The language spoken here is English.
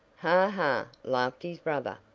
ha! ha! laughed his brother.